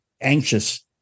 anxious